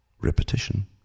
Repetition